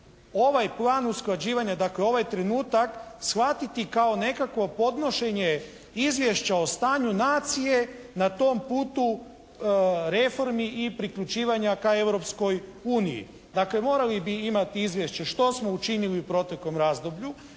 ovaj plan usklađivanja dakle trenutak shvatiti kao nekakvo podnošenje izvješća o stanju nacije na tom putu reformi i priključivanja ka Europskoj uniji. Dakle morali bi imati izvješće što smo učinili u proteklom razdoblju,